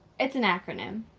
it's an acronym.